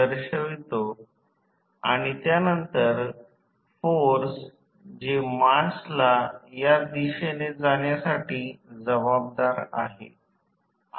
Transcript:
मी सांगितले की BC कमी व्होल्टेज दुय्यम वाइंडिंग विभागासाठी वळण विभाग AC हे N2 वाइंडिंग सह काढले आहे